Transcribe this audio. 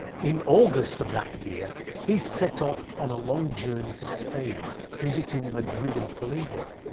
in august of that year he set off on a long journey to spain visiting madrid and toledo.